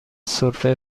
سرفه